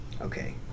Okay